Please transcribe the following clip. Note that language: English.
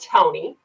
Tony